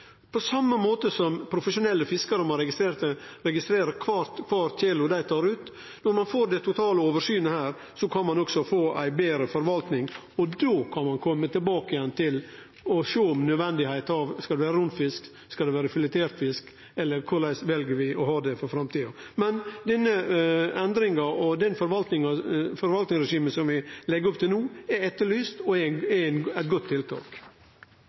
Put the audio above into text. den same måten som profesjonelle fiskarar må registrere kvar kilo dei tar ut. Når ein får det totale oversynet her, kan ein også få ei betre forvaltning, og då kan ein kome tilbake igjen og sjå på kva som er nødvendig: Skal det vere rund fisk? Skal det vere filetert fisk? Korleis vel vi å ha det i framtida? Men den endringa og det forvaltningsregimet som vi legg opp til no, er etterlyste – og er gode tiltak.